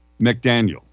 McDaniel